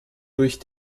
durch